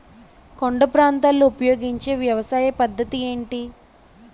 కొండ ప్రాంతాల్లో ఉపయోగించే వ్యవసాయ పద్ధతి ఏంటి?